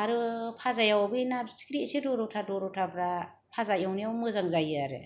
आरो फाजायाव ना फिथिख्रि एसे दरथा दरथाफ्रा फाजा एउनायाव मोजां जायो आरो